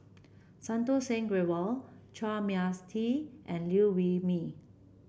Santokh Singh Grewal Chua Mia Tee and Liew Wee Mee